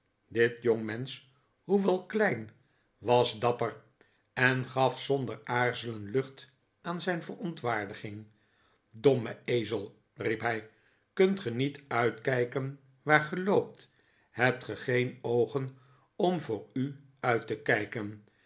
dit jongmensch hoewel klein was dapper en gaf zonder aarzelen lucht aan zijn verontwaardiging dorame ezel riep hij kunt ge niet uitkijken waar ge loopt hebt ge geen oogen dm voor u uit te kijken